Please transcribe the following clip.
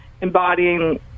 embodying